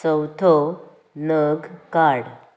चवथो नग काड